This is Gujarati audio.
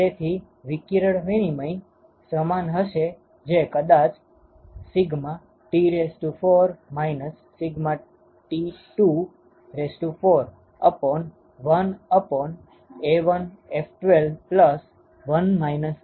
તેથી વિકિરણ વિનિમય સમાન હશે જે કદાચ σ T14 σ T24 1A1F12 1 1A11 1 2A22 હશે